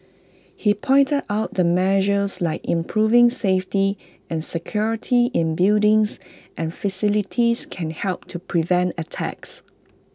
he pointed out that measures like improving safety and security in buildings and facilities can help to prevent attacks